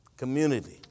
community